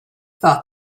thought